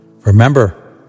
Remember